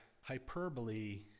hyperbole